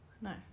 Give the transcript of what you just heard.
No